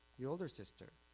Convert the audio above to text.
the older sister,